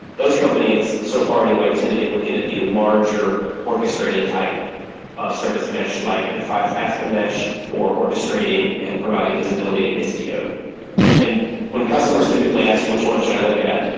those companies so far anyway tend to be looking at the larger orchestrated type of service mesh like f five zero s aspen mesh for orchestrating and providing visibility to istio and when customers typically ask, which one should i look at?